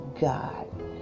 God